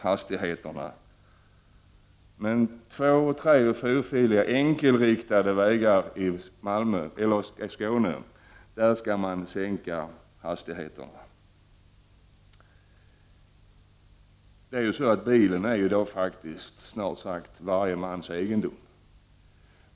Men på två-, treoch fyrfiliga enkelriktade vägar i Skåne skall man alltså sänka hastigheterna! Bilen är faktiskt snart sagt varje mans egendom.